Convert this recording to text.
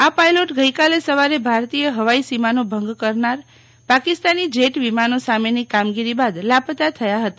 આ પાયલોટ ગઈકાલે સવારે ભારતીય હવાઈ સીમાનો ભંગ કરનાર પાકિસ્તાની જેટ વિમાનો સામેની કામગીરી બાદ લાપતા થયા હતા